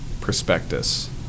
prospectus